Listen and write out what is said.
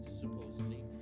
supposedly